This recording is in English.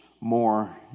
more